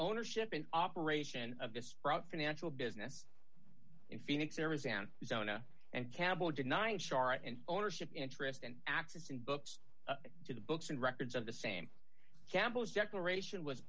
ownership and operation of this financial business in phoenix arizona and campbell denying shara and ownership interest and access in books to the books and records of the same campus declaration was